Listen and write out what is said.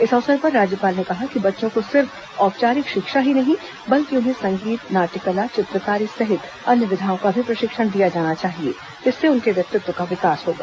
इस अवसर पर राज्यपाल ने कहा कि बच्चों को सिर्फ औपचारिक शिक्षा ही नहीं बल्कि उन्हें संगीत नाट्य कला चित्रकारी सहित अन्य विधाओं का भी प्रशिक्षण दिया जाना चाहिए इससे उनके व्यक्तित्व का विकास होगा